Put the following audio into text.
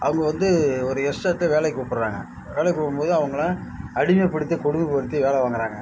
அவங்க வந்து ஒரு எஸ்டேட்டில் வேலைக்கு கூப்புடுறாங்க வேலைக்கு கூப்பிடும்போது அவங்கள அடிமைப்படுத்தி கொடுமைப்படுத்தி வேலை வாங்குகிறாங்க